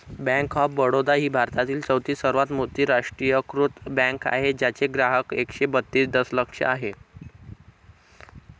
bank of Baroda ही भारतातील चौथी सर्वात मोठी राष्ट्रीयीकृत बँक आहे ज्याचे ग्राहक एकशे बत्तीस दशलक्ष आहेत